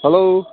hello